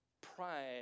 Pride